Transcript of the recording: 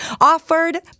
offered